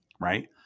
right